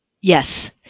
Yes